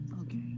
Okay